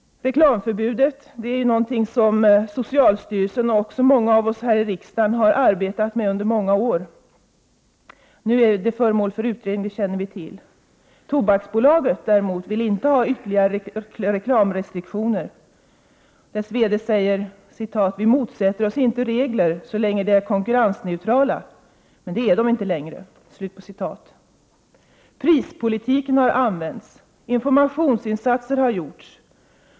Reklamförbudet är någonting som socialstyrelsen och många av oss här i riksdagen har arbetat med under många år. Nu är det föremål för utredning, som vi känner till. Tobaksbolaget vill däremot inte ha ytterligare reklamrestriktioner. Dess VD säger: ”Vi motsätter oss inte regler så länge de är konkurrensneutrala ——— men det är de inte längre.” Prispolitiken har använts. Informationsinsatser har gjorts.